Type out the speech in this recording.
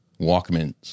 Walkmans